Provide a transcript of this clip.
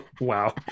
Wow